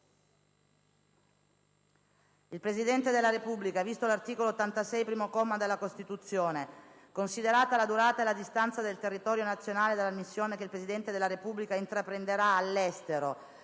«Il Presidente della Repubblica, VISTO l'articolo 86, primo comma, della Costituzione; CONSIDERATA la durata e la distanza dal territorio nazionale della missione che il Presidente della Repubblica intraprenderà all'estero